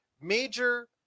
major